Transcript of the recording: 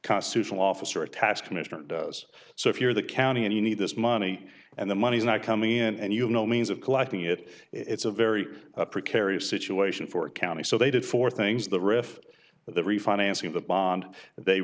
constitutional officer a task commissioner does so if you're the county and you need this money and the money's not coming in and you have no means of collecting it it's a very precarious situation for a county so they did four things the riff the refinancing the bond they